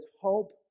hope